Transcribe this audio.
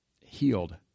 healed